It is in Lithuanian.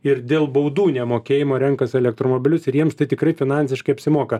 ir dėl baudų nemokėjimo renkasi elektromobilius ir jiems tai tikrai finansiškai apsimoka